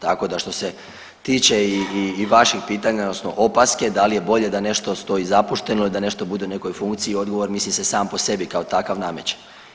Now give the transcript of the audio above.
Tako da što se tiče i vaših pitanja odnosno opaske da li je bolje da nešto stoji zapušteno ili da nešto bude u nekoj funkciji odgovor mislim se sam po sebi kao takav nameće.